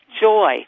joy